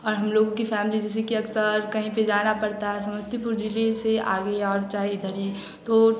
और हम लोगों की फैमली जैसे की अक्सर कहीं पर जाना पड़ता है समस्तीपुर ज़िले से आगे और चाहे इधर ही तो